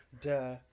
Duh